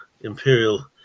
imperial